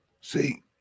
See